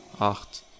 Acht